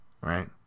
right